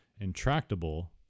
intractable